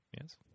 Yes